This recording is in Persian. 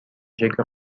شکل